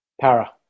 Para